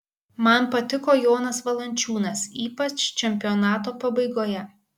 man patiko jonas valančiūnas ypač čempionato pabaigoje